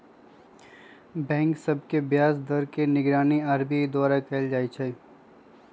bank सभ के ब्याज दर के निगरानी आर.बी.आई द्वारा कएल जाइ छइ